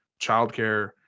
childcare